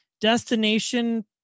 destination